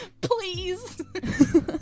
Please